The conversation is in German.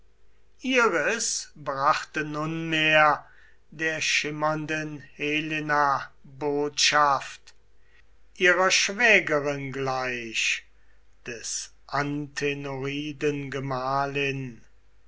brachte nunmehr der schimmernden helena botschaft ihrer schwägerin gleich des antenoriden gemahlin